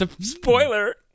Spoiler